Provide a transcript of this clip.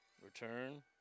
Return